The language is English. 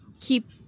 keep